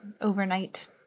overnight